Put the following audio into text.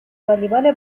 والیبال